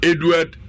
Edward